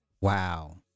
Wow